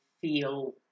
feel